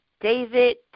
David